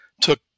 took